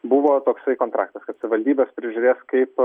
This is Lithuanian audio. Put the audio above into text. buvo toksai kontraktas kad savivaldybė prižiūrės kaip